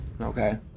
okay